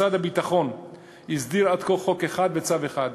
משרד הביטחון הסדיר עד כה חוק אחד וצו אחד,